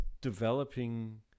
developing